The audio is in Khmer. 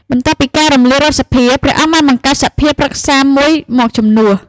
បន្ទាប់ពីការរំលាយរដ្ឋសភា ព្រះអង្គបានបង្កើតសភាប្រឹក្សាមួយមកជំនួស។